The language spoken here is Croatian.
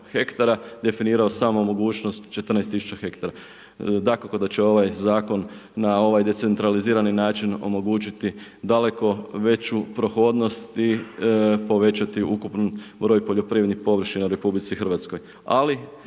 definirao samo mogućnost 14 tisuća hektara. Dakako da će ovaj zakon na ovaj decentralizirani način omogućiti daleku veću prohodnost i povećati ukupno broj poljoprivrednih površina u RH. Ali